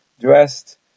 dressed